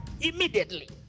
Immediately